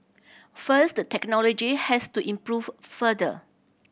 first the technology has to improve further